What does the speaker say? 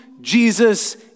Jesus